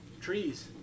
trees